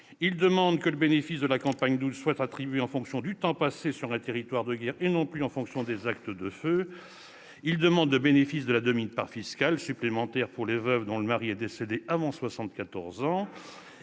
Ils demandent que le bénéfice de la campagne double soit attribué en fonction du temps passé sur un territoire de guerre, et non plus des actes de feu. Ils demandent le bénéfice de la demi-part fiscale supplémentaire pour les veuves dont le mari est décédé avant 74 ans.